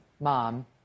mom